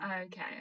Okay